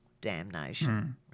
damnation